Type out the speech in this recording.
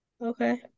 Okay